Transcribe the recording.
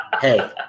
hey